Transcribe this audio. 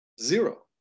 Zero